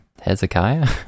Hezekiah